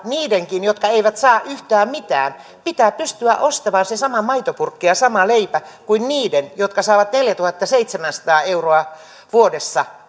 niidenkin jotka eivät saa yhtään mitään pitää pystyä ostamaan se sama maitopurkki ja sama leipä kuin niiden jotka saavat neljätuhattaseitsemänsataa euroa vuodessa